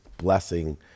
blessing